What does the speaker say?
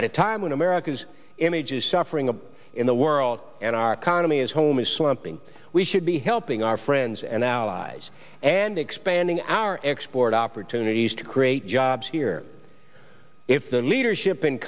at a time when america's image is suffering a in the world and our economy as home is something we should be helping our friends and allies and expanding our export opportunities to create jobs here if the leadership in